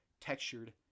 textured